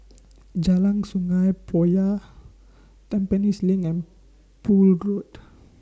Jalan Sungei Poyan Tampines LINK and Poole